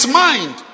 mind